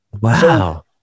Wow